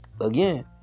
again